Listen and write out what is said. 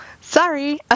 sorry